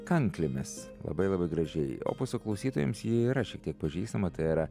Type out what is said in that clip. kanklėmis labai labai gražiai opuso klausytojams ji yra šiek tiek pažįstama tai yra